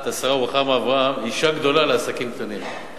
את השרה רוחמה אברהם "אשה גדולה לעסקים קטנים";